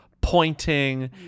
pointing